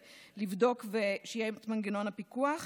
לבדוק, ושיהיה מנגנון פיקוח.